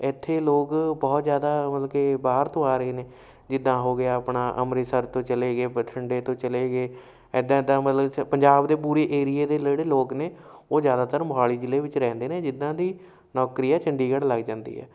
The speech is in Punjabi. ਇੱਥੇ ਲੋਕ ਬਹੁਤ ਜ਼ਿਆਦਾ ਮਤਲਬ ਕਿ ਬਾਹਰ ਤੋਂ ਆ ਰਹੇ ਨੇ ਜਿੱਦਾਂ ਹੋ ਗਿਆ ਆਪਣਾ ਅੰਮ੍ਰਿਤਸਰ ਤੋਂ ਚਲੇ ਗਏ ਬਠਿੰਡੇ ਤੋਂ ਚਲੇ ਗਏ ਇੱਦਾਂ ਇੱਦਾਂ ਮਤਲਬ ਪੰਜਾਬ ਦੇ ਪੂਰੇ ਏਰੀਏ ਦੇ ਜਿਹੜੇ ਲੋਕ ਨੇ ਉਹ ਜ਼ਿਆਦਾਤਰ ਮੋਹਾਲੀ ਜਿਲ੍ਹੇ ਵਿੱਚ ਰਹਿੰਦੇ ਨੇ ਜਿੱਦਾਂ ਦੀ ਨੌਕਰੀ ਹੈ ਚੰਡੀਗੜ੍ਹ ਲੱਗ ਜਾਂਦੀ ਹੈ